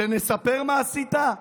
שנספר מה עשית?